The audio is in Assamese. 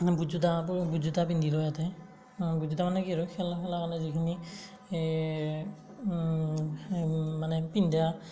বুট জোতা আকৌ বুট জোতা পিন্ধি লয় ইয়াতে বুট জোতা মানে কি আৰু খেলা খেলাৰ কাৰণে যিখিনি এই মানে পিন্ধা